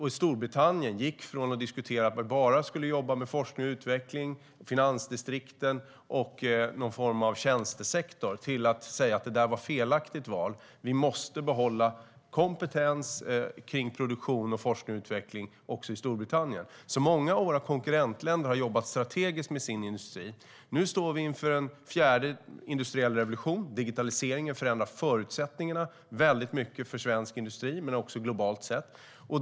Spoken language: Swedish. I Storbritannien diskuterade man att bara jobba med forskning och utveckling, finansdistrikt och någon form av tjänstesektor men insåg att det var ett felaktigt val och att man måste behålla kompetens för produktion, forskning och utveckling i landet. Många av våra konkurrentländer har alltså jobbat strategiskt med sin industri. Nu står vi inför en fjärde industriell revolution. Digitaliseringen förändrar förutsättningarna för svensk industri väldigt mycket. Det gäller även globalt.